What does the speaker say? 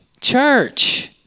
church